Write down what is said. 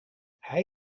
hij